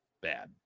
bad